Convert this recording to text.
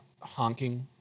honking